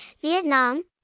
Vietnam